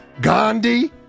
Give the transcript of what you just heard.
Gandhi